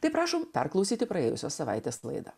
tai prašom perklausyti praėjusią savaitę laidą